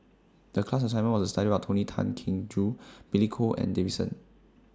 The class assignment was to study about Tony Tan Keng Joo Billy Koh and David